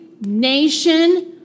nation